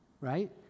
right